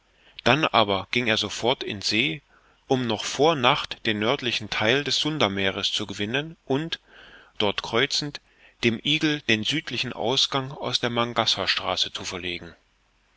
dann aber ging er sofort in see um noch vor nacht den nördlichen theil des sundameeres zu gewinnen und dort kreuzend dem eagle den südlichen ausgang aus der mangkassarstraße zu verlegen